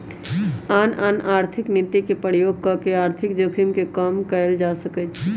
आन आन आर्थिक नीति के प्रयोग कऽ के आर्थिक जोखिम के कम कयल जा सकइ छइ